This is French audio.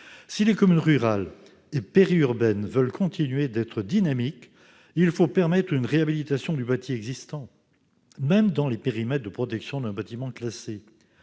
Si les communes rurales et périurbaines veulent continuer d'être dynamiques, il faut permettre une réhabilitation du bâti existant, même dans les périmètres de protection d'un bâtiment classé.